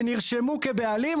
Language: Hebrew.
ונרשמו כבעלים,